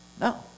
No